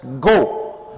go